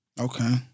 Okay